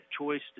choice